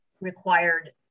required